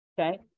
okay